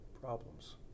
problems